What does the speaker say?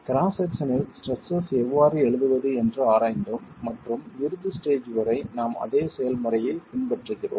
cross செக்சனில் stresses எவ்வாறு எழுதுவது என்று ஆராய்ந்தோம் மற்றும் இறுதி ஸ்டேஜ் வரை நாம் அதே செயல்முறையைப் பின்பற்றுகிறோம்